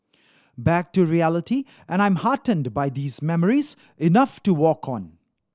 back to reality and I'm heartened by these memories enough to walk on